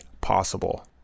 possible